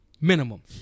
Minimum